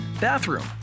bathroom